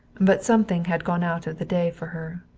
but something had gone out of the day for her.